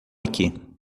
aqui